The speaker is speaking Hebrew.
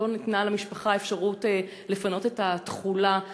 לא ניתנה למשפחה אפשרות לפנות את התכולה.